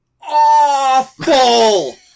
AWFUL